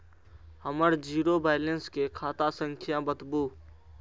हमर zero balance के खाता संख्या बतबु?